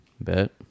Bet